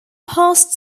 past